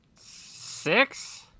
six